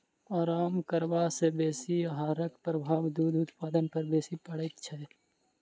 आराम करबा सॅ बेसी आहारक प्रभाव दूध उत्पादन पर बेसी पड़ैत छै